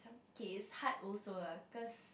okay it's hard also lah because